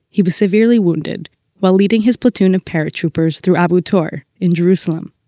he was severely wounded while leading his platoon of paratroopers through abu tor, in jerusalem.